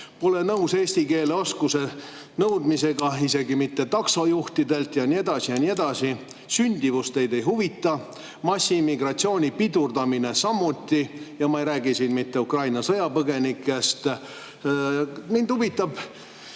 pole nõus eesti keele oskuse nõudega isegi mitte taksojuhtide puhul ja nii edasi ja nii edasi. Sündimus teid ei huvita, massiimmigratsiooni pidurdamine samuti – ja ma ei räägi siin mitte Ukraina sõjapõgenikest. Mind huvitab,